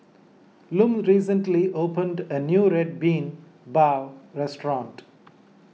Lum recently opened a new Red Bean Bao restaurant